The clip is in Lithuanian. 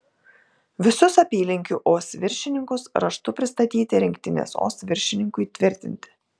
visus apylinkių os viršininkus raštu pristatyti rinktinės os viršininkui tvirtinti